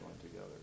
together